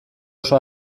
oso